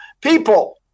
people